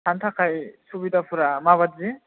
थानो थाखाय सुबिदाफ्रा माबादि